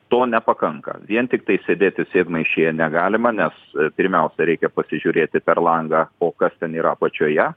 to nepakanka vien tiktai sėdėti sėdmaišyje negalima nes pirmiausia reikia pasižiūrėti per langą o kas ten yra apačioje